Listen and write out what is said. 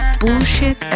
bullshit